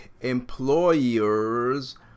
Employers